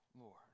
Lord